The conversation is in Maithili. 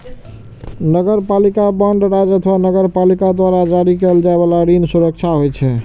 नगरपालिका बांड राज्य अथवा नगरपालिका द्वारा जारी कैल जाइ बला ऋण सुरक्षा होइ छै